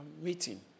meeting